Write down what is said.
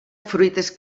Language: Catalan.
fruites